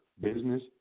business